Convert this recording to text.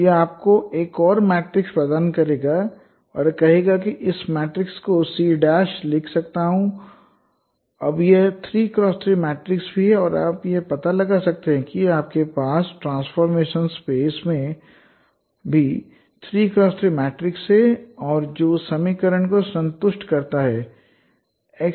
यह आपको एक और मैट्रिक्स प्रदान करेगा और कहेगा कि मैं इस मैट्रिक्स को C' लिख दूं अब यह 3X3 मैट्रिक्स भी है और आप यह पता लगा सकते हैं कि आपके पास ट्रांसफ़ॉर्मेशन स्पेस में भी 3X3 मैट्रिक्स है और जो समीकरण को संतुष्ट करता है X'TCX'0